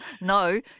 No